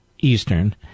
Eastern